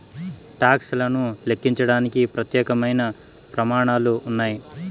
talks లను లెక్కించడానికి ప్రత్యేకమైన ప్రమాణాలు ఉన్నాయి